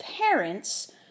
parents